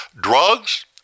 Drugs